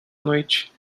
noite